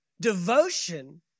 devotion